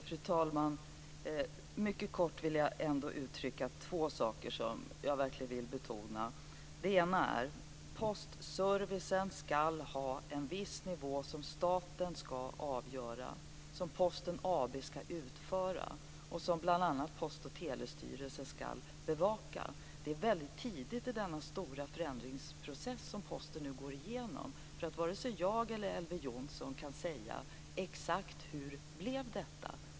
Fru talman! Jag vill mycket kort ändå uttrycka några saker som jag verkligen vill betona. En sak är att postservicen ska ha en viss nivå som staten ska avgöra, som Posten AB ska utföra och som bl.a. Postoch telestyrelsen ska bevaka. Det är väldigt tidigt i den stora förändringsprocess som Posten nu går igenom. Vare sig jag eller Elver Jonsson kan säga exakt hur detta blivit.